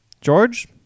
george